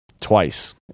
Twice